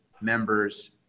members